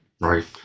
right